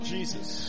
Jesus